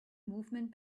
movement